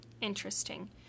Interesting